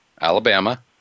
Alabama